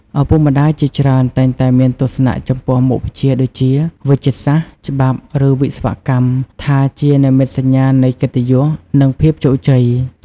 ឪពុកម្ដាយជាច្រើនតែងតែមានទស្សនៈចំពោះមុខវិជ្ជាដូចជា វេជ្ជសាស្ត្រ ច្បាប់ ឬវិស្វកម្ម ថាជានិមិត្តសញ្ញានៃកិត្តិយស និងភាពជោគជ័យ។